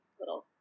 little